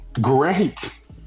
great